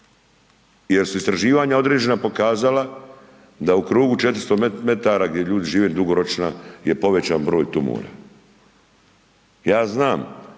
jer su istraživanja određena pokazala da u krugu 400 metara gdje ljudi žive, dugoročna je povećan broj tumora. Ja znam